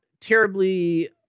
terribly